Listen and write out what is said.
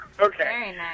Okay